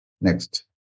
Next